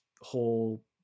whole